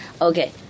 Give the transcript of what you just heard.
Okay